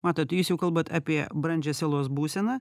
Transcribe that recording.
matote jūs jau kalbat apie brandžią sielos būseną